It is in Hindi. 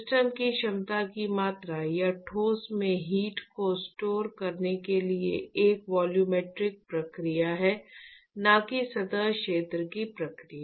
सिस्टम की क्षमता की मात्रा या ठोस में हीट को स्टोर करने के लिए एक वॉल्यूमेट्रिक प्रक्रिया है न कि सतह क्षेत्र की प्रक्रिया